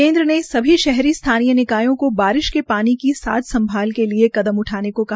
केन्द्र ने सभी शहरी स्थानीय निकायों को बारिश के पानी की साज़ सभाल के लिए कदम उठाने को कहा